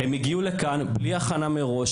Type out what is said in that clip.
הם הגיעו לכאן בלי הכנה מראש,